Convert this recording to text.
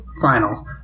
finals